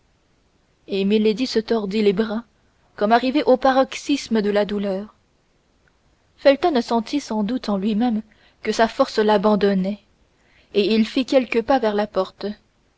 et milady se tordit les bras comme arrivée au paroxysme de la douleur felton sentit sans doute en lui-même que sa force l'abandonnait et il fit quelques pas vers la porte